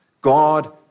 God